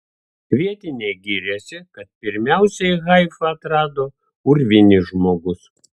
vietiniai giriasi kad pirmiausiai haifą atrado urvinis žmogus